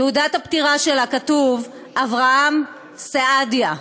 בתעודת הפטירה שלה כתוב: אברהם סעדיה.